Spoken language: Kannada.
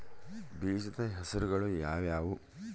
ಬೇಜದ ಹೆಸರುಗಳು ಯಾವ್ಯಾವು?